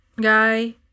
guy